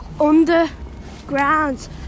underground